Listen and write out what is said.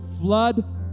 flood